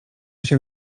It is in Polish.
się